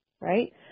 right